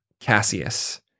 Cassius